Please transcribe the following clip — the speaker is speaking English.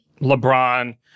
LeBron